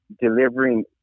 delivering